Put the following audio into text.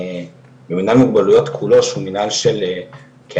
מינהל מוגבלויות כולו שהוא מינהל של ארבעה